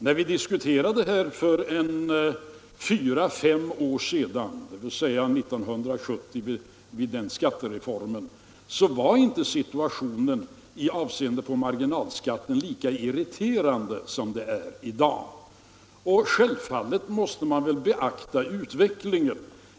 När vi diskuterade frågan för fyra fem år sedan i samband med skattereformen 1970 var inte situationen i avseende på marginalskatten lika irriterande som den är i dag. Självfallet måste man beakta utvecklingen.